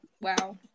Wow